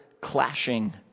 clashing